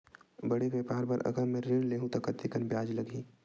बड़े व्यापार बर अगर मैं ऋण ले हू त कतेकन ब्याज लगही?